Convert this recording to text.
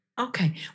Okay